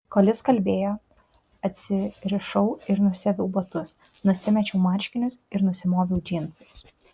kol jis kalbėjo atsirišau ir nusiaviau batus nusimečiau marškinius ir nusimoviau džinsus